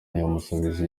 yamusubije